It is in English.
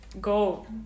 go